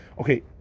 okay